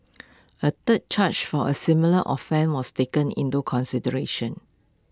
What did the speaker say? A third charge for A similar often was taken into consideration